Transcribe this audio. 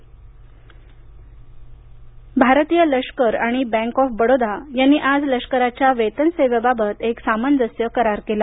army भारतीय लष्कर आणि बँक ऑफ बडोदा यांनी आज लष्कराच्या वेतन सेवेबाबत एक सामंजस्य करार केला